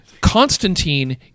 Constantine